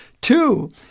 Two